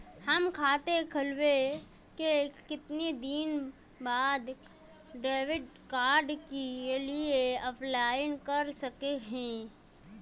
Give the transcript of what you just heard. हम खाता खोलबे के कते दिन बाद डेबिड कार्ड के लिए अप्लाई कर सके हिये?